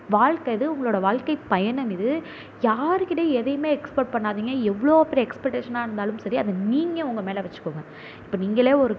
வாழ்க்க இது உங்களோடய வாழ்க்கைப் பயணம் இது யாருக்கிட்டேயும் எதையுமே எக்ஸ்பெக்ட் பண்ணாதீங்க எவ்வளோ பெரிய எக்ஸ்பெக்டேஷனாக இருந்தாலும் சரி அதை நீங்கள் உங்கள் மேலே வெச்சுக்கோங்க இப்போ நீங்களே ஒரு